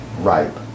ripe